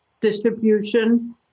distribution